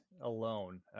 alone